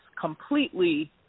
completely